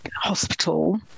hospital